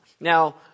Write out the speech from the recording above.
Now